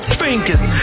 fingers